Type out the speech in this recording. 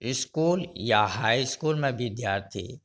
इसकुल या हाई इसकुलमे विद्यार्थी